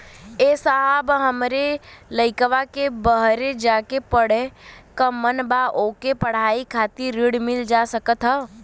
ए साहब हमरे लईकवा के बहरे जाके पढ़े क मन बा ओके पढ़ाई करे खातिर ऋण मिल जा सकत ह?